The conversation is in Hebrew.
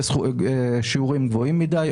זה שיעורים גבוהים מדיי.